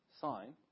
sign